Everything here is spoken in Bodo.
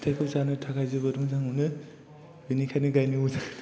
फिथायखौ जानो थाखाय जोबोद मोजां मोनो बेनिखायनो गायनो मोजां मोनो